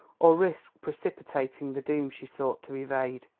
or risk precipitating the doom she sought to evade,